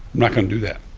not going to do that.